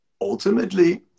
ultimately